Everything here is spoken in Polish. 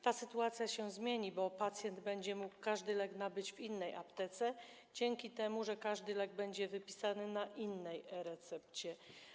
Ta sytuacja się zmieni, bo pacjent będzie mógł każdy lek nabyć w innej aptece dzięki temu, że każdy lek będzie wypisany na innej e-recepcie.